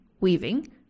weaving